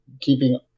keeping